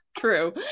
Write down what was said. True